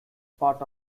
part